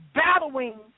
battling